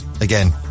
again